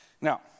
Now